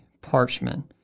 parchment